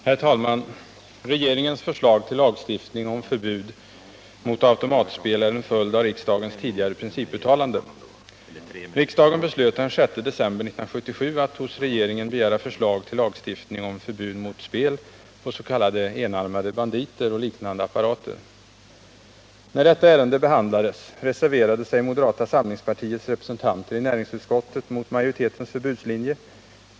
Herr talman! Regeringens förslag till lagstiftning om förbud mot automatspel är en följd av riksdagens tidigare principuttalande. Riksdagen beslöt den 6 december 1977 att hos regeringen begära förslag till lagstiftning om förbud mot spel på s.k. enarmade banditer och liknande apparater. När detta ärende behandlades reserverade sig moderata samlingspartiets representanter i näringsutskottet mot majoritetens förbudslinje.